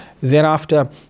Thereafter